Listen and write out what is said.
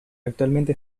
actualmente